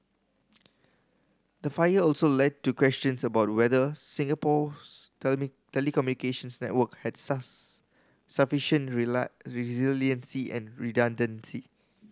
the fire also led to questions about whether Singapore's telecommunications network had sufficient rely resiliency and redundancy